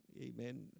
amen